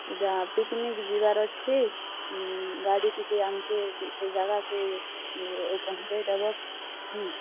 ଇଟା ପିକ୍ନିକ୍ ଯିବାର୍ ଅଛେ ଗାଡ଼ି ଟିକେ ଆମ୍କେ ସେ ଜାଗାକେ ପହଞ୍ଚେଇ ଦବ କି